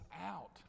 out